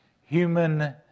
human